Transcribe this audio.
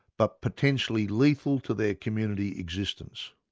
but potentially lethal to their community existence.